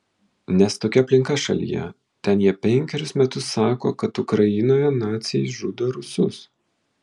nes tokia aplinka šalyje ten jie penkerius metus sako kad ukrainoje naciai žudo rusus